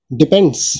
depends